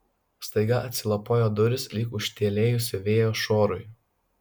staiga atsilapojo durys lyg ūžtelėjus vėjo šuorui